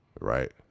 right